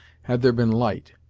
had there been light,